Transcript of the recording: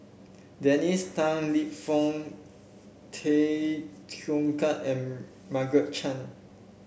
Dennis Tan Lip Fong Tay Teow Kiat and Margaret Chan